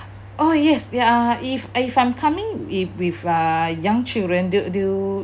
oh yes uh if if I'm coming with with uh young children do do you